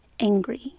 angry